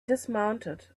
dismounted